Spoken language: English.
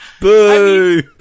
Boo